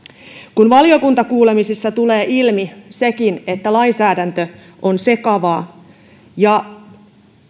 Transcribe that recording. kun valiokuntakuulemisissa tuli ilmi sekin että lainsäädäntö on sekavaa ja